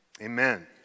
amen